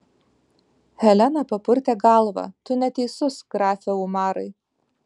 helena papurtė galvą tu neteisus grafe umarai